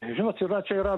žinot yra čia yra